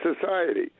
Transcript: society